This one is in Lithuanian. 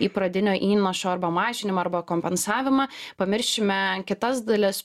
į pradinio įnašo arba mažinimą arba kompensavimą pamiršime kitas dalis